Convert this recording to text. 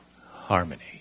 Harmony